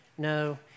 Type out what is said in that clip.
No